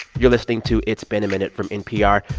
you're listening to it's been a minute from npr.